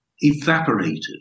evaporated